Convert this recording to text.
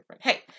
Hey